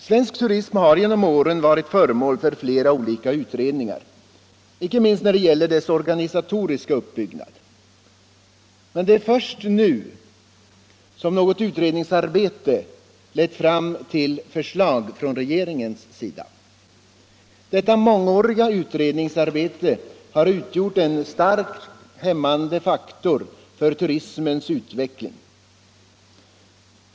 Svensk turism har genom åren varit föremål för flera olika utredningar, icke minst när det gäller den organisatoriska uppbyggnaden. Men det är först nu som vårt utredningsarbete lett fram till förslag från regeringens sida. Detta mångåriga utredningsarbete har utgjort en starkt hämmande faktor för turismens utveckling.